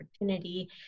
opportunity